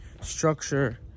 Structure